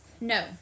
No